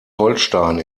holstein